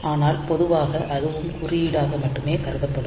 ஆனால் பொதுவாக அதுவும் குறியீடாக மட்டுமே கருதப்படும்